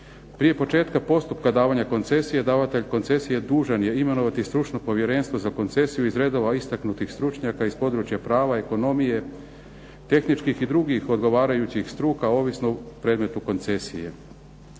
Prije početka postupka davanja koncesije, davatelj koncesije dužan je imenovati stručno povjerenstvo za koncesiju iz redova istaknutih stručnjaka iz područja prava, ekonomije, tehničkih i drugih odgovarajućih struka ovisno o predmetu koncesije.